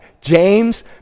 James